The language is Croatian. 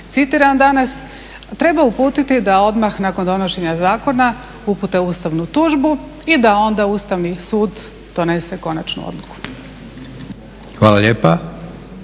citiran danas treba uputiti da odmah nakon donošenja zakona upute ustavnu tužbu i da onda Ustavni sud donese konačnu odluku. **Leko,